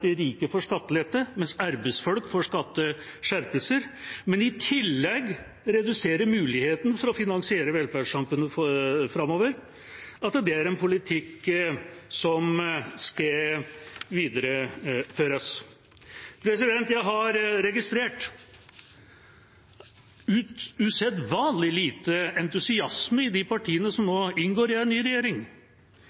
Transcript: de rike får skattelette mens arbeidsfolk får skatteskjerpelser – og i tillegg reduserer muligheten for å finansiere velferdssamfunnet framover, er en politikk som skal videreføres. Jeg har registrert usedvanlig lite entusiasme i de partiene som nå